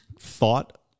thought